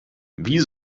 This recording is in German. wie